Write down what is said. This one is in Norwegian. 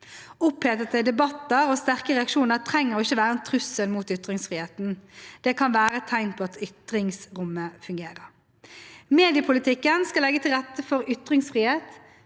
Opphetede debatter og sterke reaksjoner trenger ikke være en trussel mot ytringsfriheten; det kan være et tegn på at ytringsrommet fungerer. Mediepolitikken skal legge til rette for ytringsfrihet,